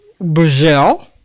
Brazil